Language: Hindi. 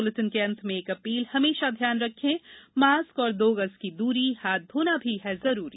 इस बुलेटिन के अंत में एक अपील हमेशा ध्यान रखें मास्क और दो गज की दूरी हाथ धोना भी है जरूरी